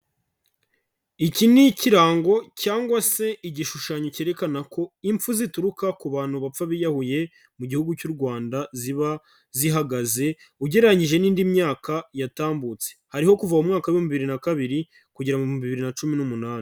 Iki ni ikirango cyangwa se igishushanyo cyerekana ko impfu zituruka ku bantu bapfa biyahuye mu gihugu cy'u Rwanda ziba zihagaze ugereranyije n'indi myaka yatambutse, hariho kuva mu mwaka w'ibihumbi bibiri na kabiri kugera mu bihumbi bibiri na cumi n'umunani.